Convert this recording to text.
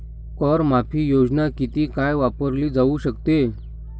कर माफी योजना किती काळ वापरली जाऊ शकते?